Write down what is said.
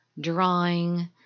drawing